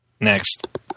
Next